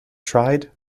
tried